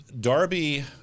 Darby